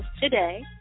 today